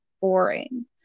boring